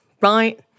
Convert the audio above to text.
right